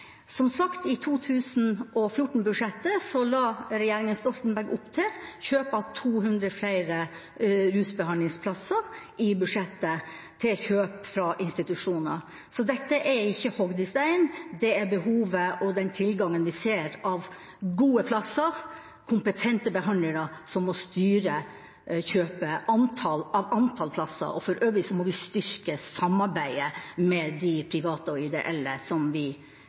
Som sagt, i 2014-budsjettet la regjeringa Stoltenberg opp til kjøp av 200 flere rusbehandlingsplasser i budsjettet til kjøp fra institusjoner. Så dette er ikke hogd i stein. Det er behovet og den tilgangen vi ser på gode plasser og kompetente behandlere, som må styre kjøpet av antall plasser. For øvrig må vi styrke samarbeidet med de private og ideelle som vi